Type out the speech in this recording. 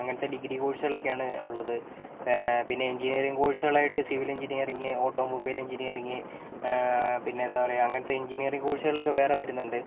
അങ്ങനത്തെ ഡിഗ്രി കോഴ്സുകൾ ഒക്കെയാണ് ഉള്ളത് പിന്നെ എഞ്ചിനീയറിങ് കോഴ്സുകളായിട്ട് സിവിൽ എഞ്ചിനീയറിങ് ഓട്ടോമൊബൈൽ എഞ്ചിനീയറിങ് പിന്നെ എന്താണ് പറയുക അങ്ങനത്തെ എഞ്ചിനീയറിങ് കോഴ്സുകളൊക്കെ വേറെ വരുന്നുണ്ട്